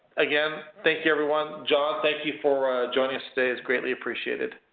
again, thank you everyone. john, thank you for joining us today. it's greatly appreciated.